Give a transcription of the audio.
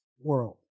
world